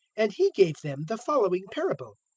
and he gave them the following parable.